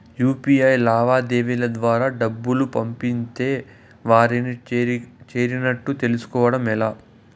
UPI లావాదేవీల ద్వారా డబ్బులు పంపితే వారికి చేరినట్టు తెలుస్కోవడం ఎలా?